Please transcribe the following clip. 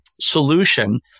solution